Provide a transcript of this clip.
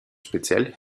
speziell